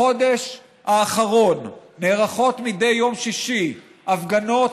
בחודש האחרון נערכות מדי יום שישי הפגנות